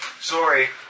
Sorry